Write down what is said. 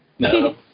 No